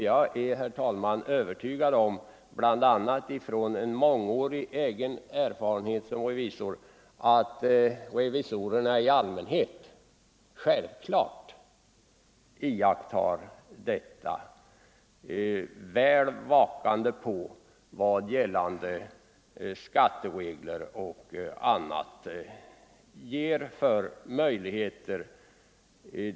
Jag är också övertygad om — och där grundar sig min övertygelse på en mångårig erfarenhet som revisor — att revisorerna i allmänhet iakttar detta, när de bevakar och utnyttjar vad gällande skatteregler ger för möjligheter.